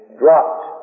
dropped